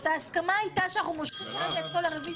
ההסכמה הייתה שאנחנו מושכים כרגע את כל הרוויזיות.